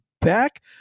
back